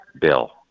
bill